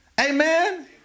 Amen